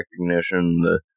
recognition